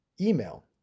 email